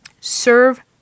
serve